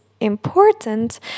important